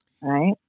Right